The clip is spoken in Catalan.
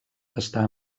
està